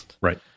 Right